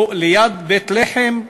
הוא ליד בית-לחם,